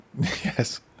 yes